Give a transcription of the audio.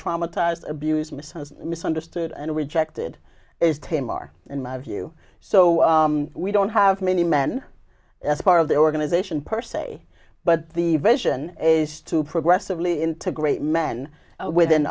traumatized abused misses misunderstood and rejected as tim are in my view so we don't have many men as part of the organization per se but the vision is to progressively integrate men within